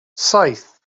saith